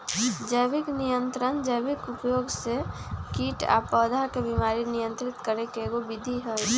जैविक नियंत्रण जैविक उपयोग से कीट आ पौधा के बीमारी नियंत्रित करे के एगो विधि हई